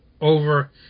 over